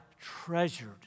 treasured